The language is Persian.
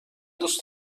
دوست